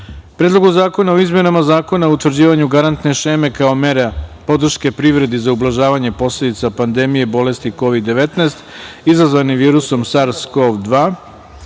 Predlogu zakona o izmenama Zakona o utvrđivanju garantne šeme kao mere podrške privredi za ublažavanje posledica pandemije bolesti COVID-19 izazvane virusom SARS-Cov-2,